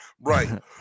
Right